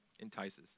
entices